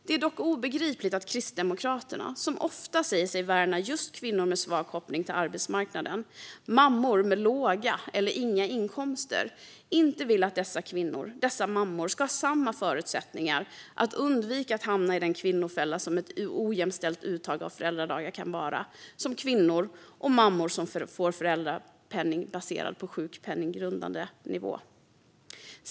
Det är dock obegripligt att Kristdemokraterna, som ofta säger sig värna just kvinnor med svag koppling till arbetsmarknaden - mammor med låga eller inga inkomster - inte vill att dessa kvinnor, dessa mammor, ska ha samma förutsättningar att undvika att hamna i den kvinnofälla som ett ojämställt uttag av föräldradagar kan vara som kvinnor och mammor som får föräldrapenning på sjukpenninggrundande nivå.